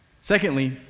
Secondly